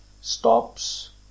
stops